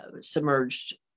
submerged